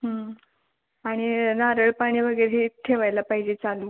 आणि नारळ पाणी वगैरे हेच ठेवायला पाहिजे चालू